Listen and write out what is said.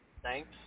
Thanks